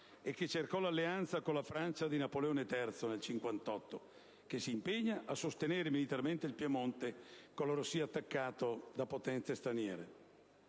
e che cercò l'alleanza con la Francia di Napoleone III nel 1858, che si impegna a sostenere militarmente il Piemonte qualora sia attaccato da potenze straniere.